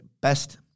best